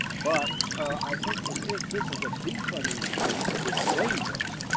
but i think this is business a defunding the police is dangerous.